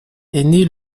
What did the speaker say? née